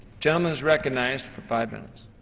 gentleman is recognized for five minutes.